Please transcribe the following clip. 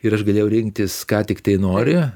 ir aš galėjau rinktis ką tiktai nori